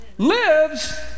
lives